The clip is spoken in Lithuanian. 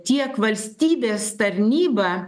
tiek valstybės tarnyba